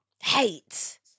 Hate